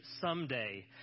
someday